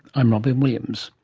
i'm robyn williams